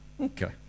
Okay